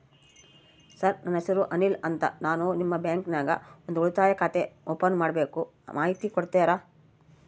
Sir ನನ್ನ ಹೆಸರು ಅನಿಲ್ ಅಂತ ನಾನು ನಿಮ್ಮ ಬ್ಯಾಂಕಿನ್ಯಾಗ ಒಂದು ಉಳಿತಾಯ ಖಾತೆ ಓಪನ್ ಮಾಡಬೇಕು ಮಾಹಿತಿ ಕೊಡ್ತೇರಾ?